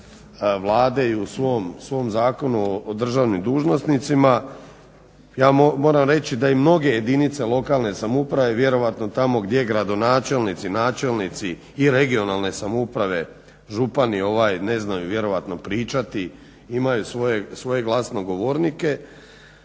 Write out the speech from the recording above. Vlade i u svom Zakonu o državnim dužnosnicima. Ja moram reći da i mnoge jedinice lokalne samouprave vjerojatno tamo gdje gradonačelnici, načelnici i regionalne samouprave, župani, ne znaju vjerojatno pričati, imaju svoje glasnogovornike,